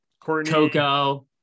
Coco